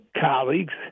colleagues